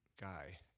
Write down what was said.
guy